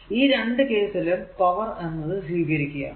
ഈ രണ്ടു കേസിലും പവർ എന്നത് സ്വീകരിക്കുകയാണ്